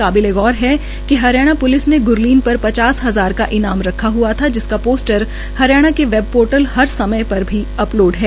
काबिलेगौर है कि हरियाणा प्लिस ने ग्रलीन पर पचास हजार का इनाम रखा हुआ था जिसका पोस्टर हरियाणा के वेब पोर्टल हर समय पर भी अपलोड है